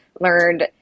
learned